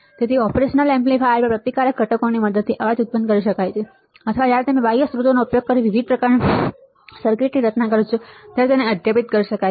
તેથી ઓપરેશનલ એમ્પ્લીફાયરમાં પ્રતિકારક ઘટકોની મદદથી અવાજ ઉત્પન્ન કરી શકાય છે અથવા જ્યારે તમે બાહ્ય સ્ત્રોતોનો ઉપયોગ કરીને વિવિધ પ્રકારના સર્કિટની રચના કરો છો ત્યારે તેને અધ્યાપિત કરી શકાય છે